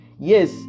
Yes